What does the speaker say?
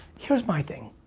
here's my thing,